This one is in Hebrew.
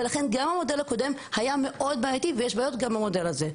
ולכן גם המודל הקודם היה מאוד בעייתי ויש בעיות גם במודל הזה.